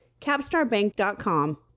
CapstarBank.com